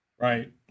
Right